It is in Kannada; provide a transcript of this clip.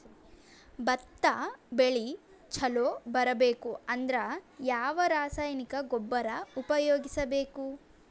ಭತ್ತ ಬೆಳಿ ಚಲೋ ಬರಬೇಕು ಅಂದ್ರ ಯಾವ ರಾಸಾಯನಿಕ ಗೊಬ್ಬರ ಉಪಯೋಗಿಸ ಬೇಕು?